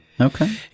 Okay